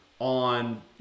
on